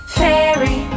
fairy